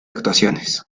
actuaciones